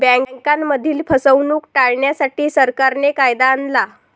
बँकांमधील फसवणूक टाळण्यासाठी, सरकारने कायदा आणला